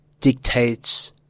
dictates